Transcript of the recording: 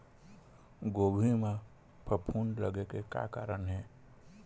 गोभी म फफूंद लगे के का कारण हे?